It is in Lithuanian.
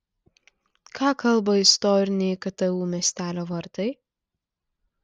ką kalba istoriniai ktu miestelio vartai